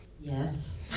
Yes